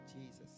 Jesus